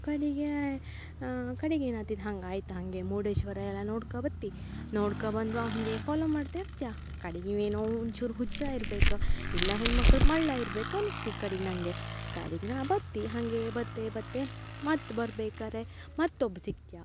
ಕಡೆಗೆ ಕಡಿಗೆ ಏನಾತಿತ್ ಹಂಗೆ ಆಯ್ತು ಹಾಗೆ ಮುರ್ಡೇಶ್ವರ ಎಲ್ಲ ನೋಡ್ಕ ಬತ್ತಿ ನೋಡ್ಕ ಬಂದರೂ ಅವ ಹೀಗೆ ಫಾಲೋ ಮಾಡ್ತಿರ್ತ್ಯಾ ಕಡಿಗೆ ಇವ ಏನೋ ಒಂಚೂರು ಹುಚ್ಚ ಇರ್ಬೇಕು ಇಲ್ಲ ಹೆಣ್ಮಕ್ಳ ಮಳ್ಳ ಇರ್ಬೇಕು ಅನ್ಸ್ತಿತ್ತು ಕಡಿಗೆ ನನಗೆ ಕಡಿಗೆ ನಾ ಬತ್ತಿ ಹಾಗೇ ಬತ್ತೆ ಬತ್ತೆ ಮತ್ತು ಬರ್ಬೇಕಾದ್ರೆ ಮತ್ತೊಬಾ ಸಿಕ್ಕ